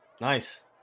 nice